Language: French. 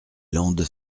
land